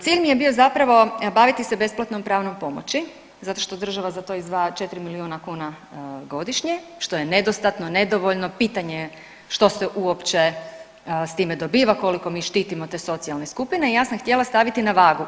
Cilj mi je bio zapravo baviti se besplatnom pravnom pomoći zato što država za to izdvaja 4 milijuna kuna godišnje, što je nedostatno, nedovoljno, pitanje je što se uopće s time dobiva, koliko mi štitimo te socijalne skupine i ja sam htjela staviti na vagu.